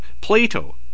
Plato